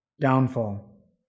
downfall